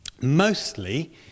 Mostly